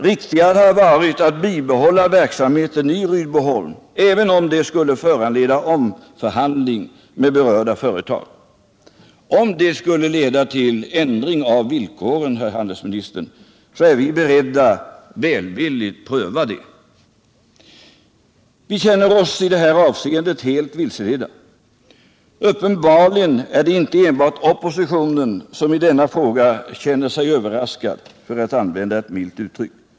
Riktigare hade varit att bibehålla verksamheten i Rydboholm, även om detta skulle ha föranlett omförhandling med berörda företag. Om det skulle leda till en ändring av villkoren, handelsministern, är vi beredda att välvilligt pröva det. Vi känner oss i detta avseende helt vilseledda. Uppenbarligen är det inte enbart oppositionen som i denna fråga känner sig överraskad, för att använda ett milt uttryck.